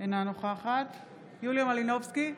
אינה נוכחת יוליה מלינובסקי,